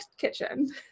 Kitchen